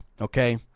Okay